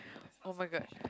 [oh]-my-god